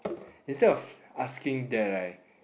instead of asking that right